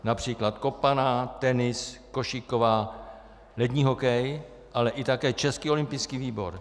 Například kopaná, tenis, košíková, lední hokej, ale také Český olympijský výbor.